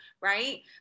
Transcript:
right